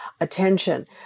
attention